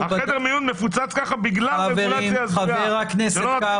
חדר המיון מפוצץ ככה בגלל רגולציה הזויה --- חבר הכנסת קארה.